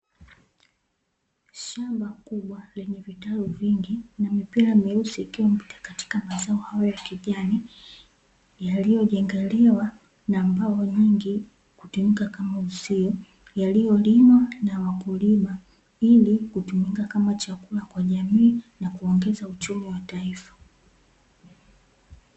Shamba kubwa lenye vitalu vingi na mipira meusi iliyopita katika mazao hayo ya kijani yaliyojengelewa na mbao yaani kutumika kama uzio yaliyolimwa na wakulima ili kutumika kama chakula kwa jamii na kuongeza uchumi wa taifa.